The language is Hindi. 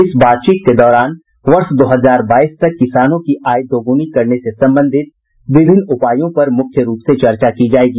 इस बातचीत के दौरान वर्ष दो हजार बाईस तक किसानों की आय दोगुनी करने से संबंधित विभिन्न उपायों पर मुख्यम रूप से चर्चा की जाएगी